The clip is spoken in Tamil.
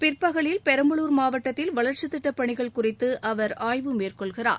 பிற்பகலில் பெரம்பலூர் மாவட்டத்தில் வளர்ச்சி திட்ட பணிகள் குறித்து அவர் ஆய்வு மேற்கொள்கிறார்